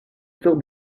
still